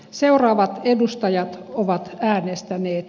seuraavat edustajat ovat äänestäneet